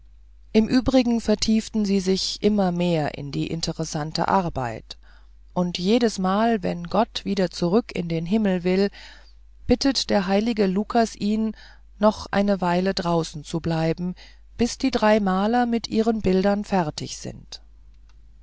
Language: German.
im übrigen vertieften sie sich immer mehr in die interessante arbeit und jedesmal wenn gott wieder zurück in den himmel will bittet der heilige lukas ihn noch eine weile draußen zu bleiben bis die drei maler mit ihren bildern fertig sind